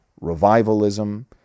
revivalism